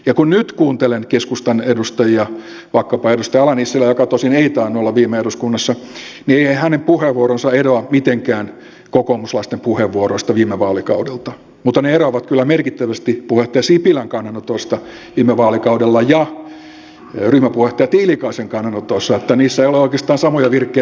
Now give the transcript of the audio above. ja kun nyt kuuntelen keskustan edustajia vaikkapa edustaja ala nissilää joka tosin ei tainnut olla viime eduskunnassa niin eiväthän hänen puheenvuoronsa eroa mitenkään kokoomuslaisten puheenvuoroista viime vaalikaudelta mutta ne eroavat kyllä merkittävästi puheenjohtaja sipilän kannanotoista viime vaalikaudella ja ryhmäpuheenjohtaja tiilikaisen kannanotoista niin että niissä ei ole oikeastaan samoja virkkeitä ollenkaan